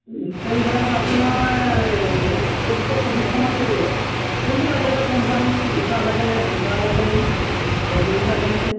stand ফেনত আপোনাৰ তেইছশ চৌব্বিছশমান পৰিব কোনটো লাগে এতিয়া কোম্পানী ঊষা লাগে নে পূজা লাগেনে অৰিয়েণ্ট লাগেনে